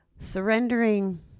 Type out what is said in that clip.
surrendering